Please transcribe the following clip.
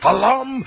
Alam